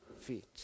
feet